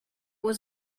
was